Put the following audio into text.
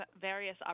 various